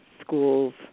schools